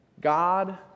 God